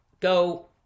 go